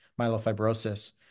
myelofibrosis